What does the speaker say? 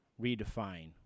redefine